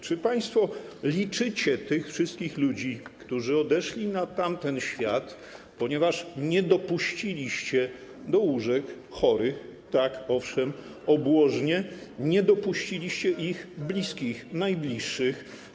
Czy państwo liczycie tych wszystkich ludzi, którzy odeszli na tamten świat, ponieważ nie dopuściliście do łóżek obłożnie chorych, tak, owszem, nie dopuściliście ich bliskich, najbliższych?